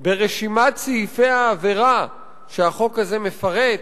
ברשימת סעיפי העבירה שהחוק הזה מפרט,